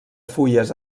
fulles